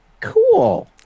cool